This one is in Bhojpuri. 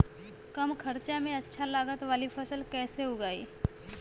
कम खर्चा में अच्छा लागत वाली फसल कैसे उगाई?